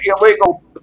illegal